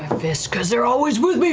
fists, because they're always with me,